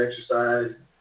exercise